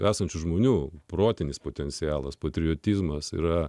esančių žmonių protinis potencialas patriotizmas yra